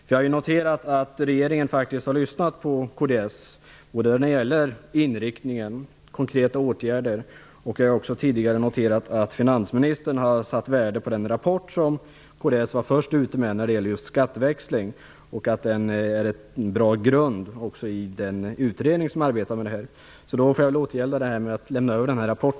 Jag har noterat att regeringen faktiskt har lyssnat på kds både när det gäller inriktningen och i fråga om konkreta åtgärder. Jag har också tidigare noterat att finansministern har satt värde på den rapport om skatteväxling som kds var först med. Den är en bra grund också för den utredning som arbetar med denna fråga. Jag får återgälda vänligheten genom att lämna över denna rapport.